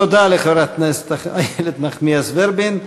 תודה לחברת הכנסת איילת נחמיאס ורבין.